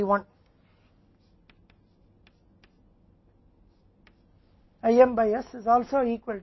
तो IM by s यह t 1 है यह t2 है